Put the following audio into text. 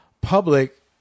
public